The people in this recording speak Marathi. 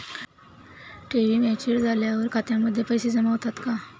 ठेवी मॅच्युअर झाल्यावर खात्यामध्ये पैसे जमा होतात का?